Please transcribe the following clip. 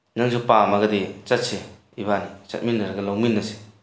ꯅꯪꯁꯨ ꯄꯥꯝꯃꯒꯗꯤ ꯆꯠꯁꯤ ꯏꯕꯥꯅꯤ ꯆꯠꯃꯤꯟꯅꯔꯒ ꯂꯧꯃꯤꯟꯅꯁꯤ